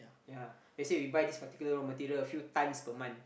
ya let's say we buy this particular raw material a few times per month